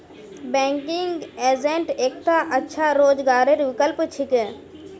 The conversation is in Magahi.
बैंकिंग एजेंट एकता अच्छा रोजगारेर विकल्प छिके